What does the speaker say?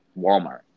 Walmart